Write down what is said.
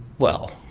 well,